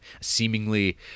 seemingly